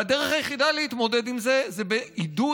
והדרך היחידה להתמודד עם זה היא עידוד